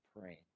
praying